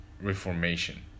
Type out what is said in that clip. reformation